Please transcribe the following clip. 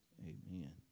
Amen